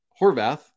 Horvath